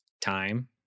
time